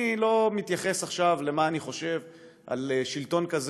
אני לא מתייחס עכשיו למה שאני חושב על שלטון כזה